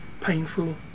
painful